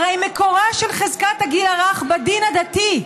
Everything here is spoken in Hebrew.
הרי מקורה של חזקת הגיל הרך הוא בדין הדתי.